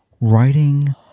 writing